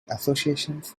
associations